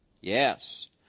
Yes